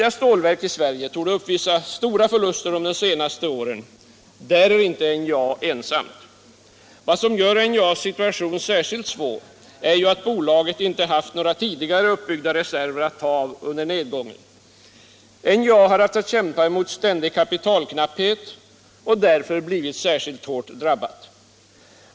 Vad som gör NJA:s situation särskilt svår är att bolaget inte haft några tidigare uppbyggda reserver att ta av under nedgången. NJA har haft att kämpa mot ständig kapitalknapphet och därför blivit särskilt hårt drabbat.